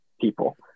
people